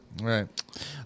Right